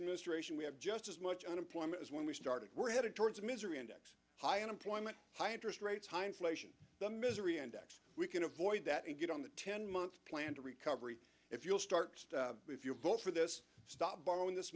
administration we have just as much unemployment as when we started we're headed towards misery index high unemployment high interest rates high inflation the misery index we can avoid that and get on the ten month plan to recovery if you'll start if you vote for this stop borrowing this